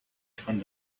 kann